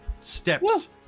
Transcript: steps